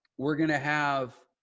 we're going to have